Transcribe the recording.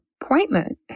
appointment